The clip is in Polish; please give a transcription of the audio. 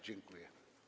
Dziękuję.